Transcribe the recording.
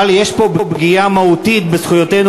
אבל יש פה פגיעה מהותית בזכויותינו